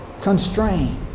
constrain